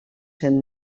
cent